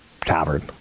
tavern